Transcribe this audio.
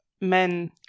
men